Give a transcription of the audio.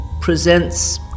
presents